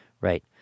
right